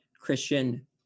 Christian